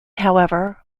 however